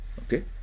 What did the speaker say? Okay